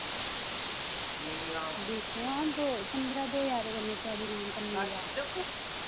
दिक्खो आं पंदरां ज्हार कन्नै साढ़ी अराम कन्नै जात्तरा